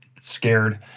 scared